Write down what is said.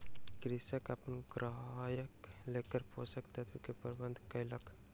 कृषक अपन गायक लेल पोषक तत्व के प्रबंध कयलक